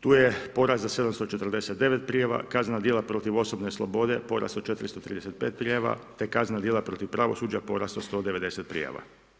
tu je porast za 749 prijava, kaznena djela protiv osobne slobode porast od 435 prijava te kaznena djela protiv pravosuđa porast od 190 prijava.